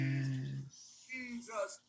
Jesus